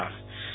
Ashutosh Antani